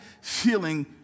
feeling